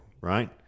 right